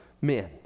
men